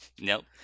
Nope